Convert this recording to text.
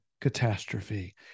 catastrophe